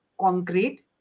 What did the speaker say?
concrete